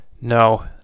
No